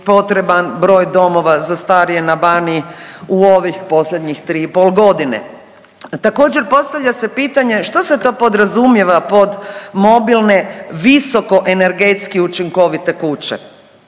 broj domova za starije na Baniji u ovih posljednjih tri i pol godine. Također postavlja se pitanje što se to podrazumijeva pod mobilne visoko energetski učinkovite kuće?